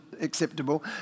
acceptable